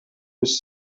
was